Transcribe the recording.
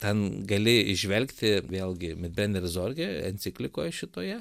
ten gali įžvelgti vėlgi midbenerzorge enciklikoj šitoje